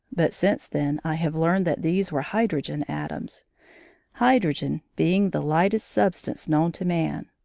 but since then i have learned that these were hydrogen atoms hydrogen being the lightest substance known to man.